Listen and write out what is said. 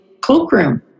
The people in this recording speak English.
cloakroom